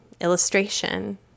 illustration